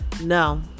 No